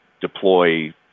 deploy